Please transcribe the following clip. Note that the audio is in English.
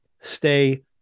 stay